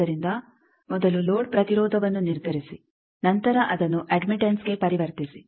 ಆದ್ದರಿಂದ ಮೊದಲು ಲೋಡ್ ಪ್ರತಿರೋಧವನ್ನು ನಿರ್ಧರಿಸಿ ನಂತರ ಅದನ್ನು ಅಡ್ಮಿಟೆಂಸ್ಗೆ ಪರಿವರ್ತಿಸಿ